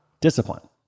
discipline